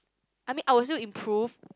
I mean I will still improve